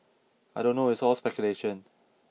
I don't know it's all speculation